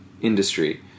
industry